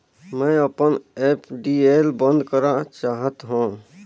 मैं अपन एफ.डी ल बंद करा चाहत हों